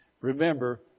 remember